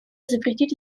запретить